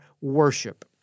worship